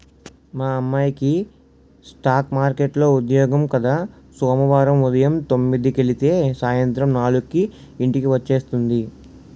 మా అమ్మాయికి స్ఠాక్ మార్కెట్లో ఉద్యోగం కద సోమవారం ఉదయం తొమ్మిదికెలితే సాయంత్రం నాలుక్కి ఇంటికి వచ్చేస్తుంది